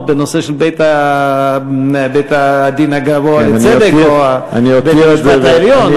בנושא של בית-הדין הגבוה לצדק או בית-המשפט העליון.